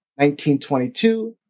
1922